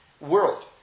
world